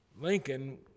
Lincoln